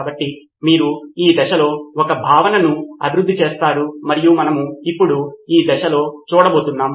కాబట్టి మీరు ఈ దశలో ఒక భావనను అభివృద్ధి చేస్తారు మరియు మనము ఇప్పుడు ఈ దశలో చూడబోతున్నాం